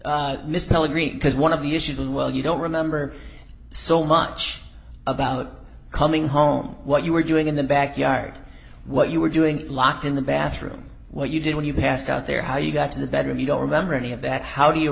flight misspelling green because one of the issues well you don't remember so much about coming home what you were doing in the backyard what you were doing locked in the bathroom what you did when you passed out there how you got to the bedroom you don't remember any of that how